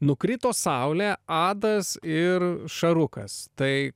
nukrito saulė adas ir šarukas tai